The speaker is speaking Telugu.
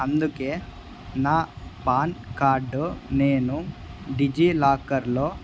అందుకే నా పాన్ కార్డు నేను డిజిలాకర్లో